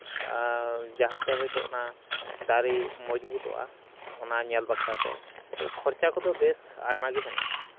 ᱟᱨ ᱡᱟᱦᱟᱸ ᱛᱮ ᱦᱤᱭᱛᱳ ᱚᱱᱟ ᱫᱟᱨᱮ ᱢᱚᱡᱽ ᱵᱩᱛᱩᱜᱼᱟ ᱚᱱᱟ ᱧᱮᱞ ᱵᱟᱠᱷᱨᱟ ᱛᱮ ᱛᱳ ᱠᱷᱚᱨᱪᱟ ᱠᱚᱫᱚ ᱵᱮᱥ ᱟᱭᱢᱟ ᱜᱮ ᱢᱮᱱᱟᱜᱼᱟ